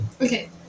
Okay